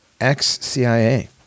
ex-CIA